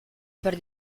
per